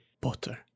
Potter